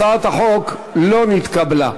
הצעת החוק לא נתקבלה.